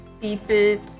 people